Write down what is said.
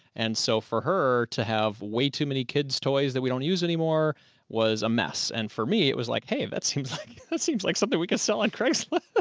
and so for her to have way too many kids' toys that we don't use anymore was a mess. and for me it was like, hey, that seems like that seems like something we can sell on craigslist.